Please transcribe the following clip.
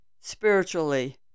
spiritually